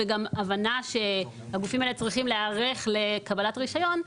וגם מתוך הבנה שהגופים האלה צריכים להיערך לקבלת רישיון,